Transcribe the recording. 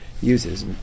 uses